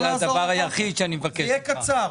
יהיה קצר